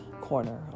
corner